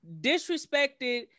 disrespected